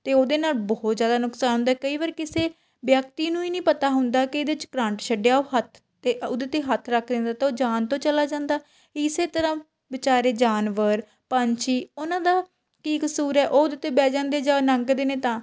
ਅਤੇ ਉਹਦੇ ਨਾਲ ਬਹੁਤ ਜ਼ਿਆਦਾ ਨੁਕਸਾਨ ਹੁੰਦਾ ਕਈ ਵਾਰ ਕਿਸੇ ਵਿਅਕਤੀ ਨੂੰ ਹੀ ਨਹੀਂ ਪਤਾ ਹੁੰਦਾ ਕਿ ਇਹਦੇ 'ਚ ਕਰੰਟ ਛੱਡਿਆ ਉਹ ਹੱਥ ਤੇ ਉਹਦੇ 'ਤੇ ਹੱਥ ਰੱਖ ਦਿੰਦਾ ਤਾਂ ਉਹ ਜਾਨ ਤੋਂ ਚਲਾ ਜਾਂਦਾ ਇਸ ਤਰ੍ਹਾਂ ਵਿਚਾਰੇ ਜਾਨਵਰ ਪੰਛੀ ਉਹਨਾਂ ਦਾ ਕੀ ਕਸੂਰ ਹੈ ਉਹ ਉਹਦੇ 'ਤੇ ਬਹਿ ਜਾਂਦੇ ਜਾਂ ਲੰਘਦੇ ਨੇ ਤਾਂ